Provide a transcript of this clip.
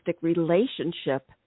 relationship